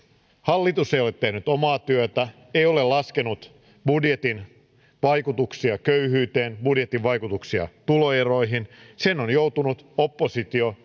hallitus ei ole tehnyt omaa työtään ei ole laskenut budjetin vaikutuksia köyhyyteen budjetin vaikutuksia tuloeroihin sen on joutunut oppositio